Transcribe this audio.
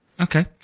Okay